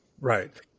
right